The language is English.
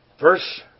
verse